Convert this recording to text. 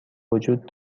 وجود